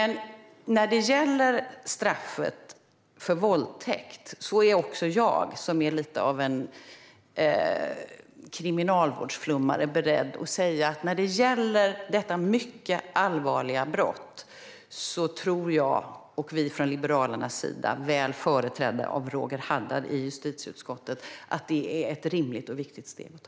När det gäller straffet för våldtäkt är också jag, som är lite av en kriminalvårdsflummare, beredd att säga: När det gäller detta mycket allvarliga brott tror jag och vi från Liberalernas sida, väl företrädda av Roger Haddad i justitieutskottet, att detta är ett rimligt och viktigt steg att ta.